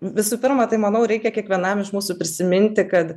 visų pirma tai manau reikia kiekvienam iš mūsų prisiminti kad